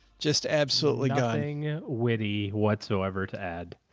just absolutely gone. nothing witty whatsoever to add.